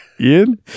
Ian